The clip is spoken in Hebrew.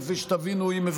כפי שתבינו תכף,